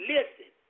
Listen